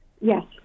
yes